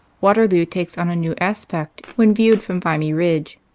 waterloo takes on a new aspect when viewed from vimy ridge.